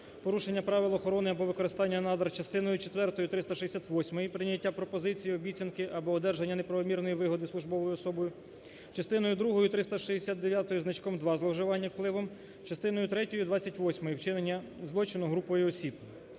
"Порушення правил охорони або використання надр", частиною четвертою 368-ї "Прийняття пропозицій, обіцянки або одержання неправомірної вигоди службовою особою", частиною другою 369-ї зі значком 2 "Зловживання впливом", частиною третьою 28-ї "Вчинення злочину групою осіб",